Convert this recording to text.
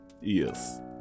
Yes